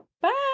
Bye